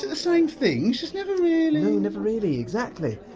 ah same things, just never really, no, never really, exactly.